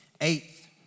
eighth